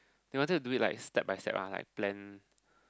they wanted to do it like step by step lah like plan